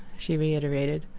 she reiterated,